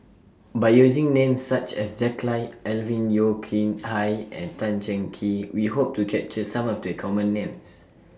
By using Names such as Jack Lai Alvin Yeo Khirn Hai and Tan Cheng Kee We Hope to capture Some of The Common Names